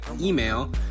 email